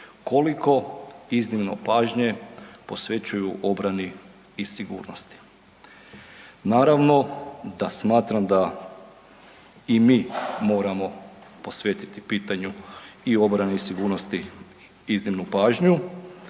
koliko iznimno pažnje posvećuju obrani i sigurnosti. Naravno da smatram da i mi moramo posvetiti pitanju i obrani sigurnosti iznimnu pažnju